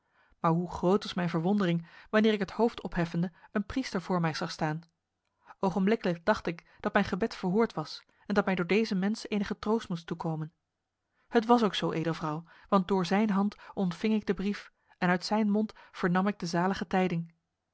maar hoe groot was mijn verwondering wanneer ik het hoofd opheffende een priester voor mij zag staan ogenblikkelijk dacht ik dat mijn gebed verhoord was en dat mij door deze mens enige troost moest toekomen het was ook zo edelvrouw want door zijn hand ontving ik de brief en uit zijn mond vernam ik de zalige tijding